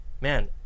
man